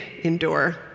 Endure